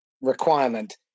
requirement